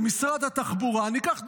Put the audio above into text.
במשרד התחבורה, ניקח דוגמה,